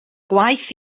gwaith